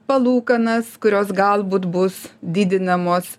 palūkanas kurios galbūt bus didinamos